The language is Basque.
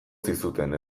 zizuten